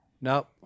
Nope